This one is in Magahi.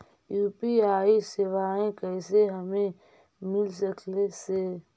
यु.पी.आई सेवाएं कैसे हमें मिल सकले से?